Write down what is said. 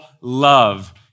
love